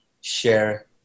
share